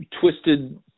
Twisted